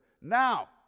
Now